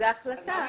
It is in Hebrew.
זו ההחלטה.